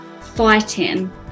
fighting